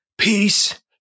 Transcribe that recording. Peace